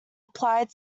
applied